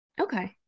Okay